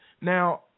Now